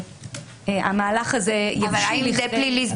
המהלך הזה יבשיל לכדי הליך פלילי.